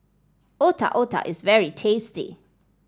Otak Otak is very tasty